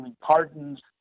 pardons